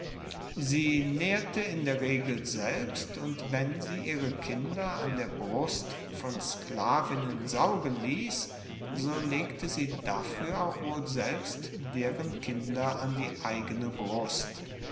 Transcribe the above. sie naehrte in der regel selbst und wenn sie ihre kinder an der brust von sklavinnen saugen liess so legte sie dafuer auch wohl selbst deren kinder an die eigene brust